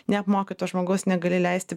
neapmokyto žmogaus negali leisti